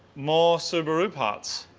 more subaru parts.